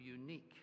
unique